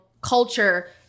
culture